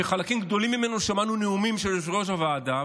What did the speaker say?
שבחלקים גדולים ממנו שמענו נאומים של יושב-ראש הוועדה,